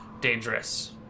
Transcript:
Dangerous